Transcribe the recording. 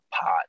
pot